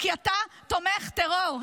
/ כי אתה תומך טרור.